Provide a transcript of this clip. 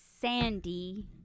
sandy